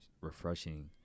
refreshing